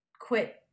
quit